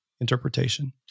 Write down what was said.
interpretation